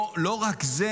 לא רק זה,